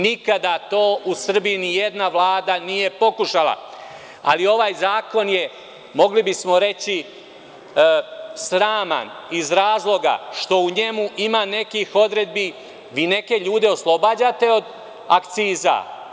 Nikada to u Srbiji ni jedna Vlada nije pokušala, ali, ovaj zakon je, mogli bismo reći, sraman iz razloga što u njemu ima nekih odredbi, vi neke ljude oslobađate od akciza.